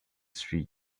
street